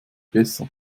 besser